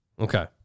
Okay